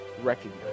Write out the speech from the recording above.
Recognize